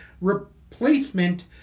replacement